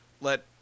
let